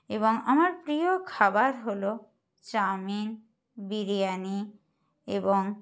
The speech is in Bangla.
এবং আমার প্রিয় খাবার হল চাউমিন বিরিয়ানি এবং